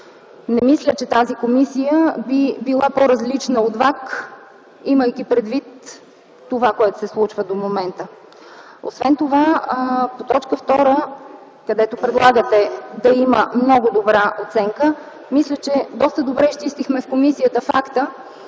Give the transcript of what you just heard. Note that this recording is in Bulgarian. Не мисля, че тази комисия би била по-различна от ВАК, имайки предвид това, което се случва до момента. Освен това по т. 2, където предлагате да има много добра оценка, мисля, че доста добре изчистихме в комисията факта,